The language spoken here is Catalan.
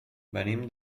venim